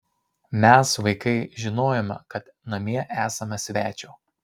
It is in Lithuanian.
mes vaikai žinojome kad namie esama svečio